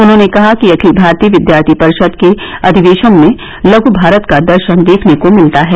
उन्होंने कहा कि अखिल मारतीय विद्यार्थी परिषद के अधिवेशन में लघ भारत का दर्शन देखने को मिलता है